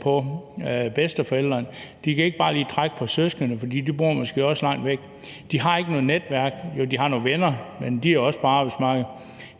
på bedsteforældrene. De kan ikke bare lige trække på søskende, for de bor måske også langt væk. De har ikke noget netværk. Jo, de har nogle venner, men de er også på arbejdsmarkedet.